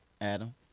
Adam